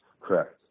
correct